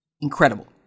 Incredible